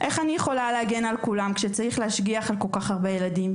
איך אני יכולה להגן על כולם כשצריך להשגיח על כל כך הרבה ילדים?